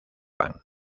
pan